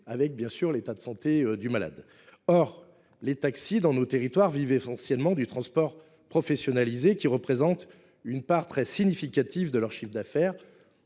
avec l’état de santé du malade. Les taxis dans nos territoires vivent essentiellement du transport professionnalisé, qui représente une part très significative de leur chiffre d’affaires.